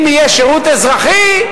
אם יהיה שירות אזרחי,